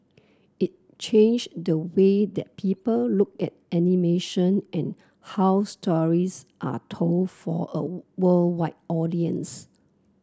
it changed the way that people look at animation and how stories are told for a worldwide audience